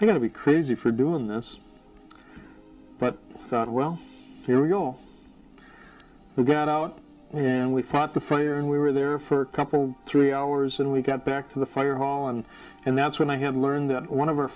going to be crazy for doing this but i thought well here we go we got out and we fought the fire and we were there for a couple three hours and we got back to the fire hall and and that's when i had learned that one of our